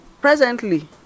Presently